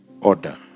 Order